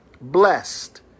Blessed